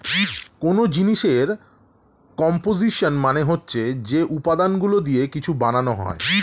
কোন জিনিসের কম্পোসিশন মানে হচ্ছে যে উপাদানগুলো দিয়ে কিছু বানানো হয়